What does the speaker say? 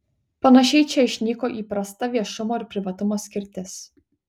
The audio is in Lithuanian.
panašiai čia išnyko įprasta viešumo ir privatumo skirtis